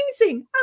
amazing